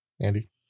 andy